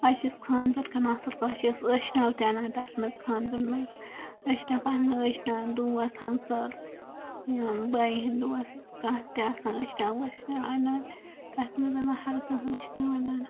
پَتہ چِھس خانٛدَر کَران اَصٕل پٲٹھۍ پَتہٕ چھِ أسۍ ٲشناو تہِ اَناں تَتھ منٛز خانٛدرَن منٛز ٲشناو پَنٕنۍ ٲشناو پَنٕنۍ دوس ہَمساے یا بایَن ہٕنٛدۍ دوس کَانٛہہ تہِ آسان ٲشناو وٲشناو اَنان تَتھ منٛز انان ہَر کانٛہہ ٲشناو اَنان